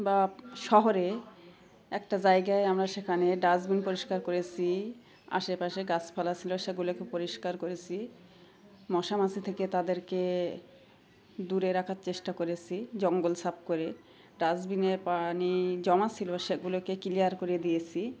বা শহরে একটা জায়গায় আমরা সেখানে ডাস্টবিন পরিষ্কার করেছি আশেপাশে গাছপালা ছিলো সেগুলোকে পরিষ্কার করেছি মশা মাছি থেকে তাদেরকে দূরে রাখার চেষ্টা করেছি জঙ্গল সাপ করে ডাস্টবিনে পানি জমা ছিলো সেগুলোকে ক্লিয়ার করে দিয়েছি